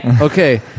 okay